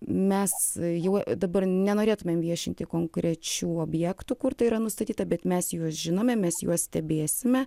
mes juo dabar nenorėtumėm viešinti konkrečių objektų kur tai yra nustatyta bet mes juos žinome mes juos stebėsime